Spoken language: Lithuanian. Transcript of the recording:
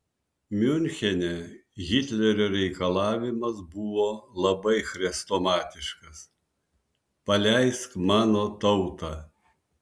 miunchene hitlerio reikalavimas buvo labai chrestomatiškas paleisk mano tautą